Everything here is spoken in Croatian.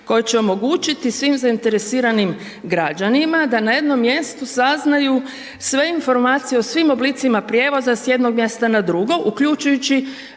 koji će omogućiti svim zainteresiranim građanima da na jednom mjestu saznaju sve informacije o svim oblicima prijevoza sa jednog mjesta drugo uključujući